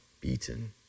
beaten